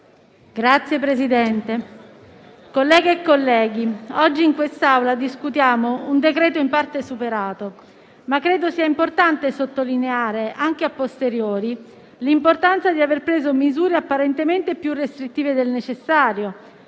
Presidente, onorevoli colleghe e colleghi, oggi in quest'Aula discutiamo un decreto-legge in parte superato, ma credo sia significativo sottolineare, anche *a posteriori*, l'importanza di aver preso misure apparentemente più restrittive del necessario;